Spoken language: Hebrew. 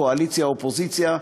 קואליציה אופוזיציה,